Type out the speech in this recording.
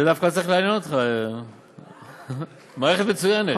זה דווקא צריך לעניין אותך, מערכת מצוינת.